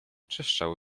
trzeszczały